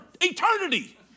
eternity